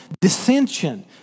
dissension